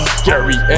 scary